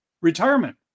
Retirement